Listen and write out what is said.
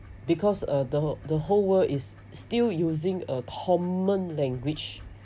because uh the the whole world is still using a common language